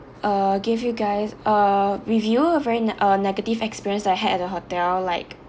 uh give you guys a review very ne~ uh negative experience that I had at the hotel like